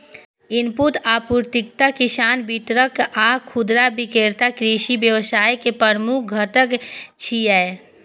input आपूर्तिकर्ता, किसान, वितरक आ खुदरा विक्रेता कृषि व्यवसाय के प्रमुख घटक छियै